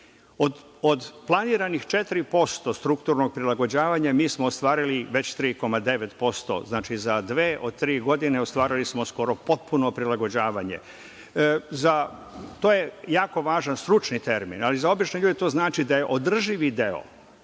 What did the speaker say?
Od planiranih 4% strukturnog prilagođavanja mi smo ostvarili već 3,9%. Znači, za dve od tri godine ostvarili smo skoro potpuno prilagođavanje. To je jako važan stručni termin, ali za obične ljude to znači da je održivi deo